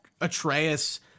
Atreus